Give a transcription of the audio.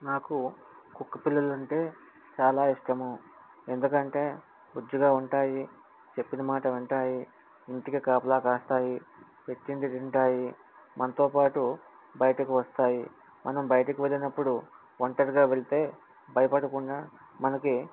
నాకు కుక్క పిల్లలు ఉంటే చాలా ఇష్టము ఎందుకంటే బుజ్జిగా ఉంటాయి చెప్పిన మాట వింటాయి ఇంటికి కాపలా కాస్తాయి పెట్టింది తింటాయి మనతోపాటు బయటికి వస్తాయి మనం బయటికి వెళ్ళినప్పుడు ఒంటరిగా వెళ్తే భయపడకుండా మనకి